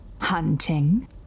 Hunting